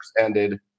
ended